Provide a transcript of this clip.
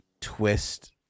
twist